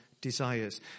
desires